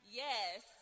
yes